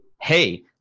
hey